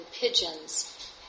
pigeons